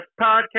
podcast